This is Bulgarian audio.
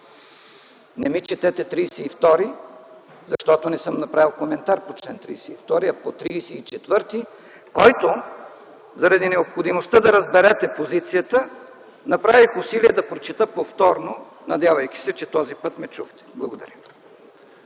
Не ми четете чл. 32, защото не съм направил коментар по чл. 32, а по чл. 34, който - заради необходимостта да разберете позицията - направих усилие да прочета повторно, надявайки се, че този път ме чухте. Благодаря.